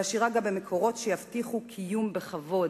ועשירה גם במקורות שיבטיחו קיום בכבוד,